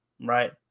right